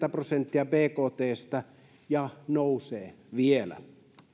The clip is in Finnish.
prosenttia bktstä ja nousee vielä